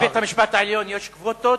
בבית-המשפט העליון יש קווטות,